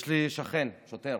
יש לי שכן שוטר,